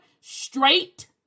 straight